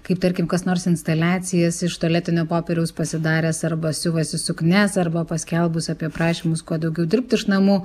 kaip tarkim kas nors instaliacijas iš tualetinio popieriaus pasidaręs arba siuvasi suknias arba paskelbus apie prašymus kuo daugiau dirbt iš namų